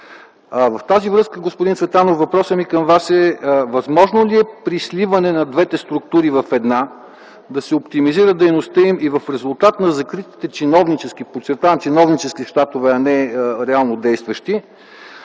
с това, господин Цветанов, въпросът ми към вас е възможно ли е при сливане на двете структури в една да се оптимизира дейността им и в резултат на закритите чиновнически – повтарям чиновнически